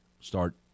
Start